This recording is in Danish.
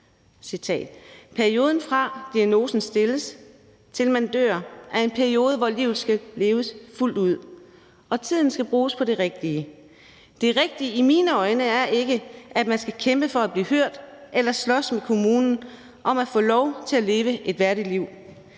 Perioden, fra diagnosen stilles, til man dør, er en periode, hvor livet skal leves fuldt ud, og tiden skal bruges på det rigtige. Det rigtige i mine øjne er ikke, at man skal kæmpe for at blive hørt eller slås med kommunen om at få lov til at leve et værdigt liv.